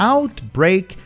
Outbreak